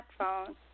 smartphone